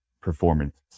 performance